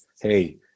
hey